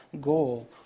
goal